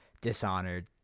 Dishonored